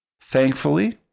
Thankfully